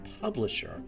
publisher